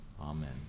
Amen